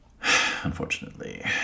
unfortunately